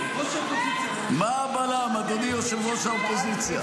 --- מה הבלם, אדוני ראש האופוזיציה?